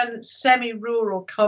semi-rural